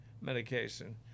medication